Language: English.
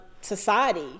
society